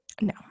No